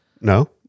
No